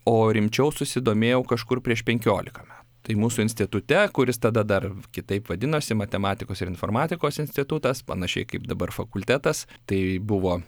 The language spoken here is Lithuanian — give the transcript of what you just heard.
o rimčiau susidomėjau kažkur prieš penkiolika metų tai mūsų institute kuris tada dar kitaip vadinosi matematikos ir informatikos institutas panašiai kaip dabar fakultetas tai buvo